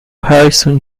harrison